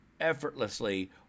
effortlessly